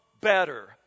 better